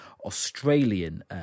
Australian